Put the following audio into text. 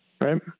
right